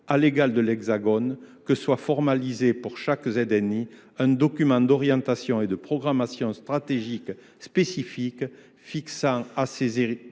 comme l’Hexagone, que soit formalisé pour chacune d’elles un document d’orientation et de programmation stratégique spécifique fixant à ces territoires